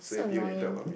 so annoying